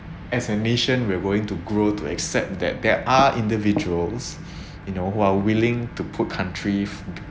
as a nation we're going to grow to accept that there are individuals you know who are willing to put countries